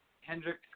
Hendricks